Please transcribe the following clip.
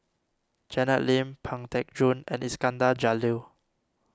Janet Lim Pang Teck Joon and Iskandar Jalil